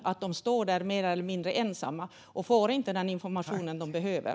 Brottsoffren står där mer eller mindre ensamma och får inte den information de behöver.